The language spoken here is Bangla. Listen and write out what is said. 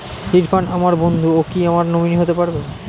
ইরফান আমার বন্ধু ও কি আমার নমিনি হতে পারবে?